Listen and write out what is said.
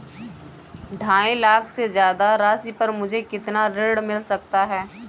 ढाई लाख से ज्यादा राशि पर मुझे कितना ऋण मिल सकता है?